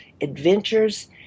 adventures